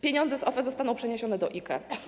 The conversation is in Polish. Pieniądze z OFE zostaną przeniesione do IKE.